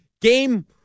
Game